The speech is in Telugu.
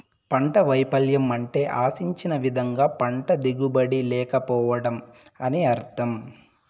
పంట వైపల్యం అంటే ఆశించిన విధంగా పంట దిగుబడి లేకపోవడం అని అర్థం